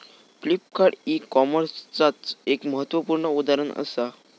Flipkart e कॉमर्सचाच एक महत्वपूर्ण उदाहरण असा